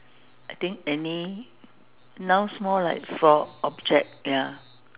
I think any nouns more like for object ya